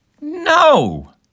No